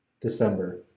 December